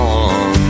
on